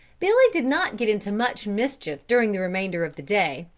billy did not get into much mischief during the remainder of the day,